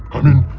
i mean,